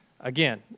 Again